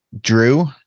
Drew